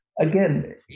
Again